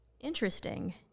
Interesting